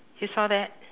you saw that